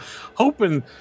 hoping